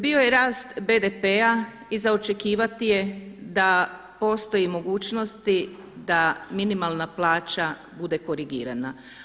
Bio je rast BDP-a i za očekivati je da postoji mogućnosti da minimalna plaća bude korigirana.